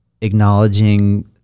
acknowledging